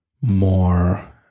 more